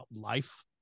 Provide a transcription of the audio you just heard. life